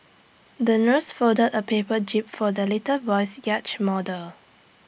the nurse folded A paper jib for the little boy's yacht model